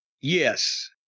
Yes